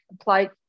applied